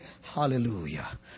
Hallelujah